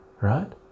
right